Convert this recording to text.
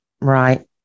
Right